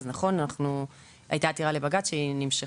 אז נכון, הייתה עתירה לבג"ץ שנמשכה,